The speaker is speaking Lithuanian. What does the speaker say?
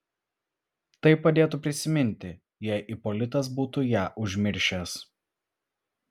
tai padėtų prisiminti jei ipolitas būtų ją užmiršęs